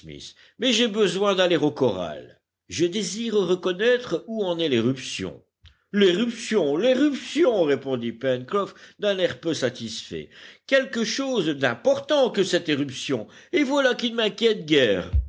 mais j'ai besoin d'aller au corral je désire reconnaître où en est l'éruption l'éruption l'éruption répondit pencroff d'un air peu satisfait quelque chose d'important que cette éruption et voilà qui ne m'inquiète guère